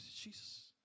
Jesus